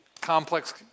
complex